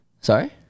Sorry